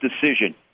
decision